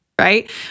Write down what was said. right